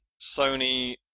Sony